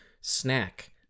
snack